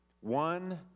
one